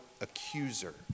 accuser